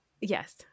yes